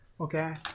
Okay